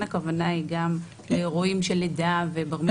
הכוונה היא גם לאירועים של לידה ובר מצווה.